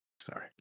Sorry